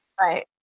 Right